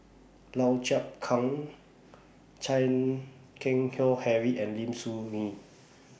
Lau Chiap Khai Chan Keng Howe Harry and Lim Soo Ngee